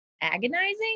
agonizing